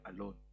alone